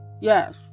yes